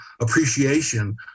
appreciation